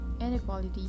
inequality